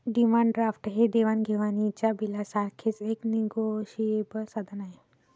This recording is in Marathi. डिमांड ड्राफ्ट हे देवाण घेवाणीच्या बिलासारखेच एक निगोशिएबल साधन आहे